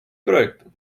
projektu